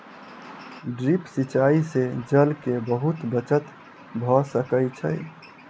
drip सिचाई से जल के बहुत बचत भ सकै छै